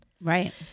Right